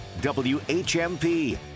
WHMP